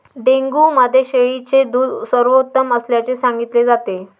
dengue मध्ये शेळीचे दूध सर्वोत्तम असल्याचे सांगितले जाते